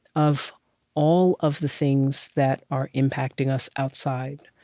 of all of the things that are impacting us outside.